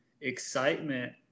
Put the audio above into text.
excitement